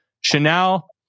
Chanel